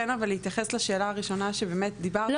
אבל כן להתייחס לשאלה הראשונה --- לא,